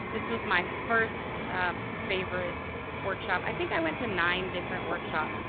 this was my first favorite workshop. i think i went to nine different workshops.